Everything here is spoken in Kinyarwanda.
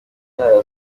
yayo